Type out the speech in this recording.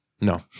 No